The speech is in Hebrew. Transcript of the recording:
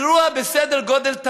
אירוע בסדר גודל תנכ"י,